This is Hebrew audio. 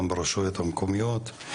גם ברשויות המקומיות,